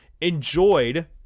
enjoyed